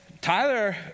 Tyler